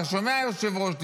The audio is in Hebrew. אתה שומע, היושב-ראש?